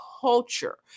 culture